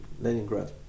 Leningrad